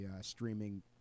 streaming